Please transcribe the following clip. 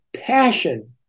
passion